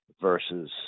versus